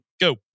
go